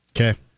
Okay